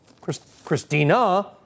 Christina